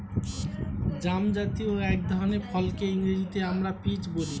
জামজাতীয় এক ধরনের ফলকে ইংরেজিতে আমরা পিচ বলি